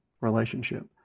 relationship